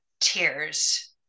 tears